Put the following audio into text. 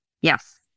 Yes